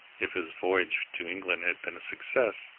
if his voyage to england had been a success,